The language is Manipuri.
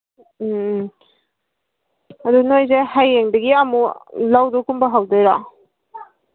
ꯎꯝ ꯎꯝ ꯑꯗꯨ ꯅꯈꯣꯏꯁꯦ ꯍꯌꯦꯡꯗꯒꯤ ꯑꯃꯨꯛ ꯂꯧꯗꯣ ꯀꯨꯝꯕ ꯍꯧꯒꯗꯣꯏꯔꯥ